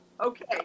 Okay